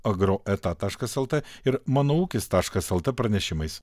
agroeta taškas lt ir mano ūkis taškas lt pranešimais